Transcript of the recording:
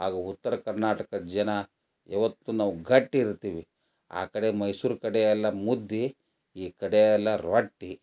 ಹಾಗೂ ಉತ್ತರ ಕರ್ನಾಟಕ ಜನ ಯಾವತ್ತೂ ನಾವು ಗಟ್ಟಿ ಇರ್ತೀವಿ ಆ ಕಡೆ ಮೈಸೂರು ಕಡೆ ಎಲ್ಲ ಮುದ್ದೆ ಈ ಕಡೆ ಎಲ್ಲ ರೊಟ್ಟಿ